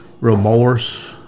remorse